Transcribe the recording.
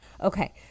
Okay